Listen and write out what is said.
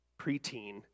preteen